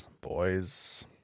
Boys